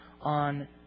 on